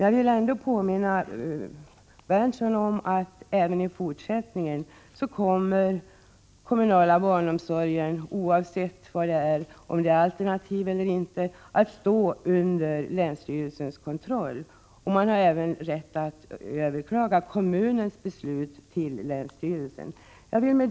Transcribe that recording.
Jag vill också påminna Nils Berndtson om att den kommunala barnomsorgen även i fortsättningen, oavsett om den är alternativ eller inte, kommer att stå under länsstyrelsens kontroll. Man har även rätt att överklaga kommunens beslut till länsstyrelsen. Fru talman!